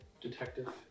detective